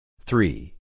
Three